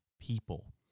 people